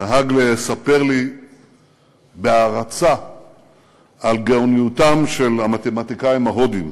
נהג לספר לי בהערצה על גאוניותם של המתמטיקאים ההודים.